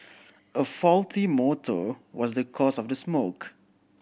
a faulty motor was the cause of the smoke